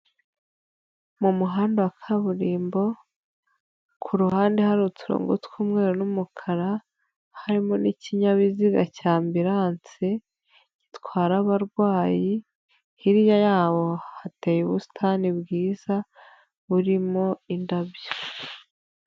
Mu muhanda wa kaburimbo kuruhande hari uturongo tw'umweru n'umukara harimo n'ikinyabiziga cya ambirase gitwara abarwayi hirya yabowo hateye ubusitani bwiza burimo indabyo.